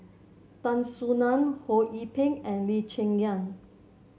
Tan Soo Nan Ho Yee Ping and Lee Cheng Yan